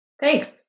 Thanks